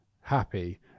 happy